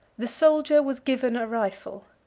the soldier was given a rifle.